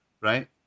right